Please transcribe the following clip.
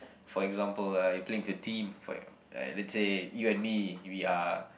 for example uh if you play with a team let's say you and me we are